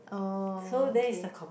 orh okay